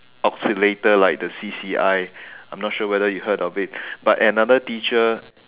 oscillator like the C C I I'm not sure whether you heard of it but another teacher